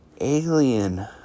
alien